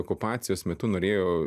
okupacijos metu norėjo